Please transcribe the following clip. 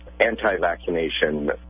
anti-vaccination